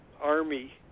Army